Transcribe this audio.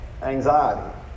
anxiety